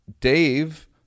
Dave